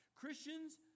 Christians